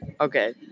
Okay